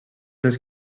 dels